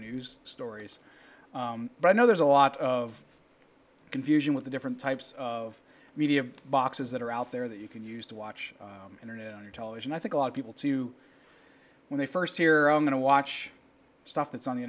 news stories but i know there's a lot of confusion with the different types of media boxes that are out there that you can use to watch internet on your television i think a lot of people to when they first hear i'm going to watch stuff that's on the